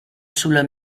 sulla